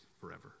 forever